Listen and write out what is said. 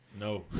No